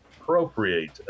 appropriate